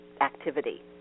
activity